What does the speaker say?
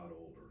older